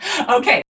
Okay